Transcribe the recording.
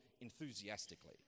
enthusiastically